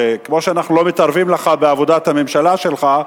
כמו שאנחנו לא מתערבים לך בעבודת הממשלה שלך,